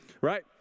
right